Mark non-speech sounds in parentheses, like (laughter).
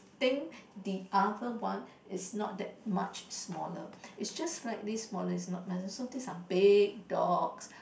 think the other one is not that much smaller is just like slightly smaller is not (noise) big dog